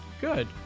Good